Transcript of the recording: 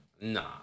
Nah